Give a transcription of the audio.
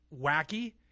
wacky